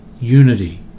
Unity